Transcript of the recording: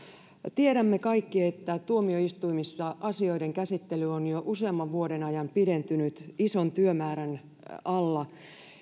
tiedämme kaikki että tuomioistuimissa asioiden käsittely on jo useamman vuoden ajan pidentynyt ison työmäärän alla